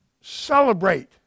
celebrate